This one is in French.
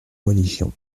religion